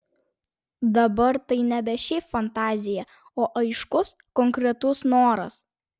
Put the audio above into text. dabar tai nebe šiaip fantazija o aiškus konkretus noras